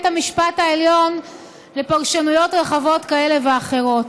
המשפט העליון לפרשנויות רחבות כאלה ואחרות.